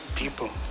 people